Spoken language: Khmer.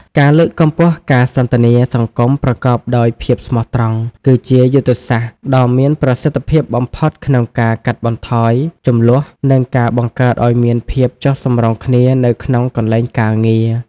ការលើកកម្ពស់ការសន្ទនាសង្គមប្រកបដោយភាពស្មោះត្រង់ គឺជាយុទ្ធសាស្ត្រដ៏មានប្រសិទ្ធភាពបំផុតក្នុងការកាត់បន្ថយជម្លោះ និងការបង្កើតឱ្យមានភាពចុះសម្រុងគ្នានៅក្នុងកន្លែងការងារ។